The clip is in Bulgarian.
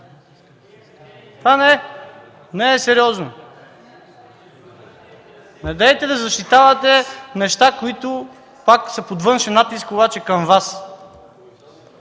Това не е сериозно! Недейте да защитавате неща, които пак са под външен натиск, обаче към Вас.